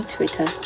Twitter